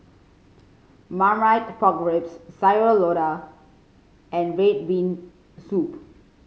Marmite Pork Ribs Sayur Lodeh and red bean soup